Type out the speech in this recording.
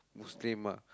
Muslim ah